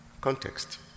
context